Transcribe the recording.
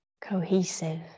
cohesive